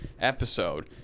episode